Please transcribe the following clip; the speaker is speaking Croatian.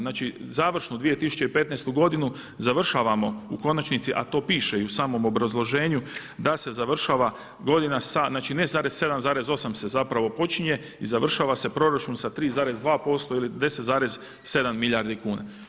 Znači završno 2015. godinu završavamo u konačnici, a to piše i u samom obrazloženju da se završava godina sa ne 7,8 se počinje i završava se proračun sa 3,2% ili 10,7 milijardi kuna.